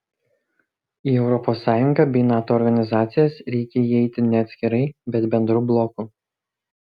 į europos sąjungą bei nato organizacijas reikia įeiti ne atskirai bet bendru bloku